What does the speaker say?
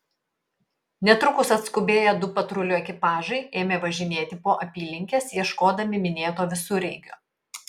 netrukus atskubėję du patrulių ekipažai ėmė važinėti po apylinkes ieškodami minėto visureigio